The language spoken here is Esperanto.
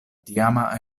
tiama